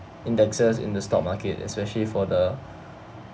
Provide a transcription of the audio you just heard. indexes in the stock market especially for the